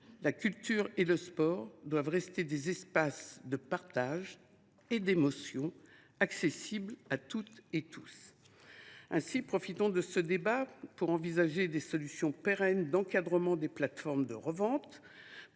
La culture et le sport doivent rester des espaces de partage et d’émotion accessibles à toutes et tous. Aussi, profitons de ce débat pour envisager des solutions pérennes d’encadrement des plateformes de revente